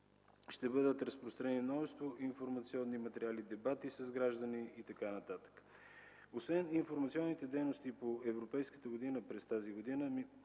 Ще бъдат разпространени множество информационни материали, дебати с граждани и така нататък. Освен информационните дейности по Европейската година през тази година